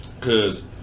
Cause